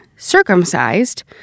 Circumcised